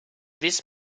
this